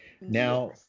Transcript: Now